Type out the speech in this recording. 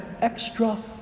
extra